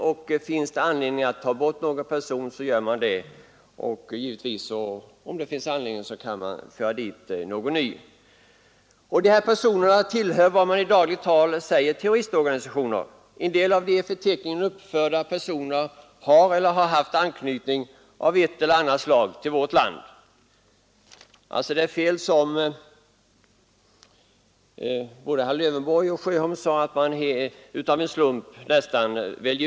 Om det föreligger anledning att ta bort någon person ur registret så gör man det, om det finns anledning därtill införs givetvis också nya namn. Det är namn på personer som tillhör vad vi i dagligt tal kallar för terroristorganisationer, och en del av de i förteckningen uppförda personerna har haft eller har anknytning av något slag till vårt land. Det är sålunda fel som herr Lövenborg och herr Sjöholm sade, att namnen i förteckningen väljs ut nästan av en slump.